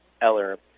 Eller